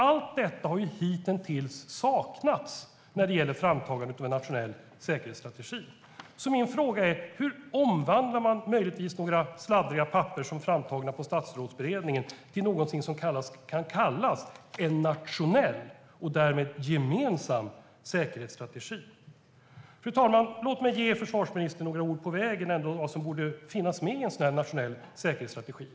Allt detta har hitintills saknats när det gäller framtagandet av en nationell säkerhetsstrategi. Min fråga är: Hur omvandlar man möjligtvis några sladdriga papper som är framtagna på Statsrådsberedningen till något som kan kallas en nationell och därmed gemensam säkerhetsstrategi? Fru talman! Låt mig ge försvarsministern några ord på vägen om vad som borde finnas med i en nationell säkerhetsstrategi.